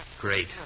Great